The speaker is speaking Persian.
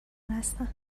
هستند